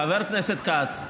חבר הכנסת כץ,